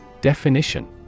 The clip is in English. Definition